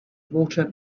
walter